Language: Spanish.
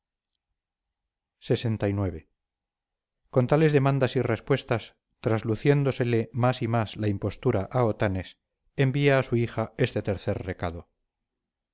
aposento lxix con tales demandas y respuestas trasluciéndosele más y más la impostura a otanes envía a su hija este tercer recado